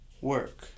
work